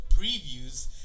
previews